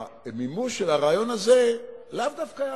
שהמימוש של הרעיון הזה היה לאו דווקא מוצלח,